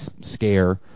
scare